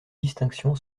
distinction